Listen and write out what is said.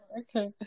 Okay